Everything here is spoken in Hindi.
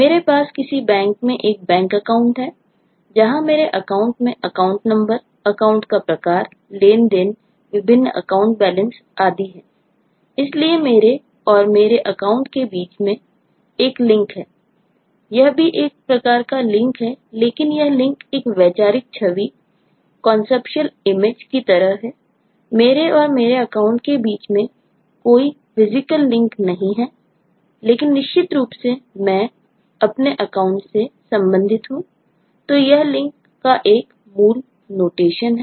मेरे पास किसी बैंक मैं एक बैंक अकाउंट का एक मूल नोटेशन है